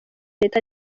leta